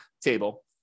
table